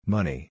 Money